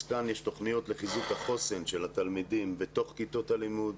כאן יש תוכניות לחיזוק החוסן של התלמידים בתוך כיתות הלימוד,